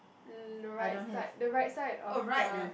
mm the right side the right side of the